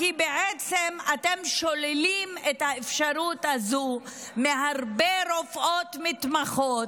כי בעצם אתם שוללים את האפשרות הזאת מהרבה רופאות מתמחות,